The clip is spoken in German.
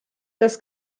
das